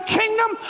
kingdom